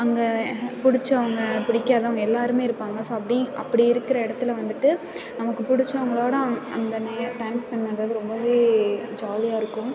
அங்கே என் பிடிச்சவங்க பிடிக்காதவங்க எல்லோருமே இருப்பாங்க ஸோ அப்படி அப்படி இருக்கிற இடத்துல வந்துட்டு நமக்கு பிடிச்சவங்களோட அங்கே அங்கயே டைம் ஸ்பெண்ட் பண்ணுறது ரொம்ப ஜாலியாயிருக்கும்